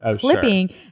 flipping